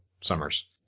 Summers